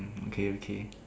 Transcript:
okay okay